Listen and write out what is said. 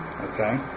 Okay